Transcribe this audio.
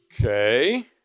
Okay